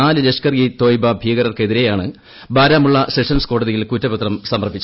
നാല് ലഷ്കർ ഈ തൊയ്ബ ഭീകരർക്കെതിരെയാണ് ബാരാമുള്ള സെഷൻസ് കോടതിയിൽ കുറ്റപത്രം സമർപ്പിച്ചത്